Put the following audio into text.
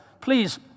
please